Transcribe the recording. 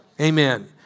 Amen